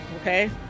okay